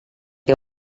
què